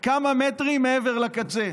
כמה מטרים מעבר לקצה,